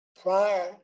prior